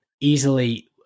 easily